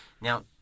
Now